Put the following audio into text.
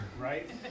Right